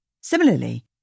Similarly